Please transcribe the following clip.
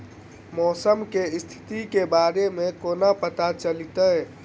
मौसम केँ स्थिति केँ बारे मे कोना पत्ता चलितै?